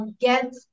get